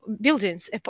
buildings